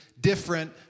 different